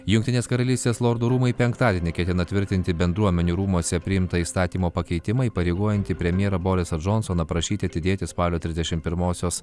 jungtinės karalystės lordų rūmai penktadienį ketina tvirtinti bendruomenių rūmuose priimtą įstatymo pakeitimą įpareigojantį premjerą borisą džonsoną prašyti atidėti spalio trisdešim pirmosios